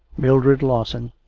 mildred lawson.